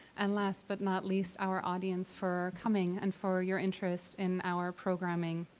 and last but not least, our audience, for coming and for your interest in our programming.